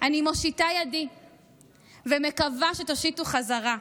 אני מושיטה ידי ומקווה שתושיטו בחזרה.